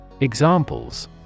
Examples